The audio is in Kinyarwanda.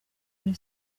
kuri